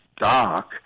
dark